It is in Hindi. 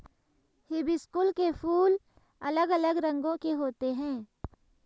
हिबिस्कुस के फूल अलग अलग रंगो के होते है